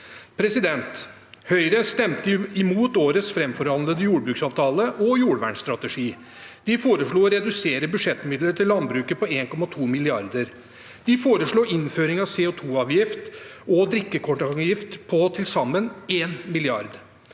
Høyre stemte imot årets framforhandlede jordbruksavtale – og jordvernstrategi. De foreslo å redusere budsjettmidlene til landbruket med 1,2 mrd. kr. De foreslo innføring av CO2-avgift og drikkekartongavgift på til